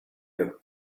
you